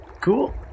Cool